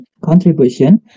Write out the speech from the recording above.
contribution